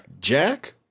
Jack